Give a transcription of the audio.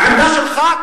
העמדה שלך,